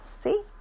see